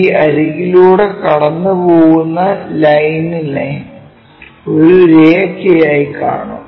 ഈ അരികിലൂടെ കടന്നു പോകുന്ന ലൈനിനെ ഒരു രേഖയായി കാണും